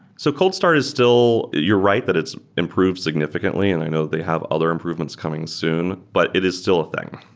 so cold start is still you're right, that it's improved signifi cantly and i know they have other improvements coming soon, but it is still a thing.